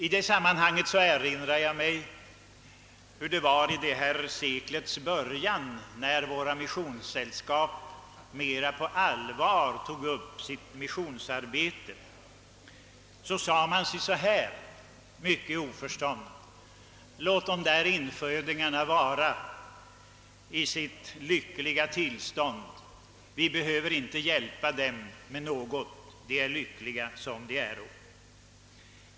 I detta sam manhang erinrar jag mig hur det var i seklets början, när våra missionssällskap mera på allvar tog upp sitt missionsarbete. Man sade då, mycket av oförstånd: Låt infödingarna vara i sitt lyckliga tillstånd! Vi behöver inte hjälpa dem med något, de är lyckliga som de är.